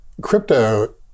crypto